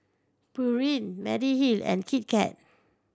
Pureen Mediheal and Kit Kat